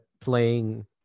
playing